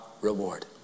reward